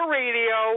radio